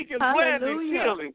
Hallelujah